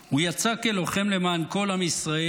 הוא יצא כלוחם למען כל עם ישראל,